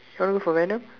want look for